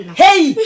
hey